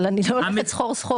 אבל אני לא הולכת סחור-סחור.